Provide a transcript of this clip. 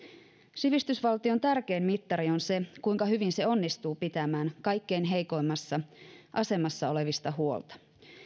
sivistysvaltion tärkein mittari on se kuinka hyvin se onnistuu pitämään kaikkein heikoimmassa asemassa olevista huolta